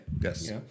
Yes